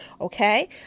okay